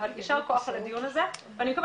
אבל יישר כוח על הדיון הזה ואני מקווה